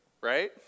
right